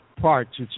parts